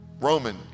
Roman